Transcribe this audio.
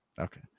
Okay